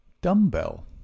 dumbbell